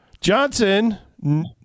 Johnson